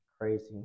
Crazy